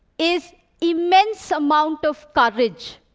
is immense amount of courage.